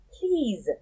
Please